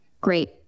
Great